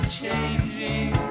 changing